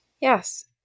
yes